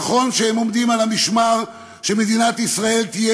נכון שהם עומדים על המשמר שמדינת ישראל תהיה